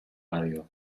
ràdio